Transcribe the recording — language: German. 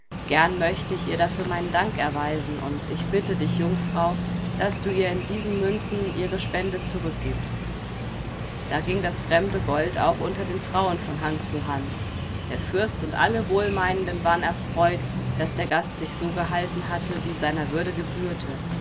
gern möchte ich ihr dafür meinen dank erweisen und ich bitte dich jungfrau daß du ihr in diesen münzen ihre spende zurückgibst da ging das fremde gold auch unter den frauen von hand zu hand der fürst und alle wohlmeinenden waren erfreut daß der gast sich so gehalten hatte wie seiner würde gebührte